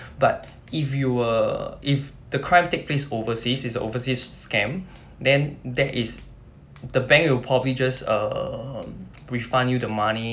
but if you were if the crime take place overseas is overseas scam then that is the bank will probably just um refund you the money